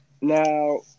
Now